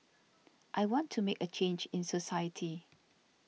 I want to make a change in society